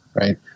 right